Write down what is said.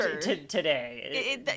today